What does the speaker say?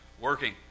working